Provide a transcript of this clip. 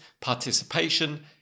participation